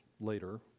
later